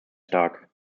stark